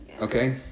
Okay